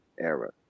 era